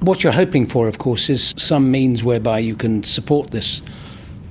what you're hoping for of course is some means whereby you can support this